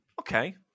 Okay